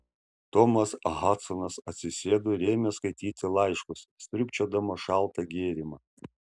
tomas hadsonas atsisėdo ir ėmė skaityti laiškus sriubčiodamas šaltą gėrimą